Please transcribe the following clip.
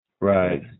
Right